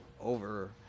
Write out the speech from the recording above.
over